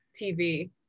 tv